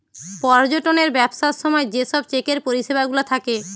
পর্যটনের ব্যবসার সময় যে সব চেকের পরিষেবা গুলা থাকে